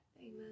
Amen